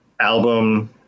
album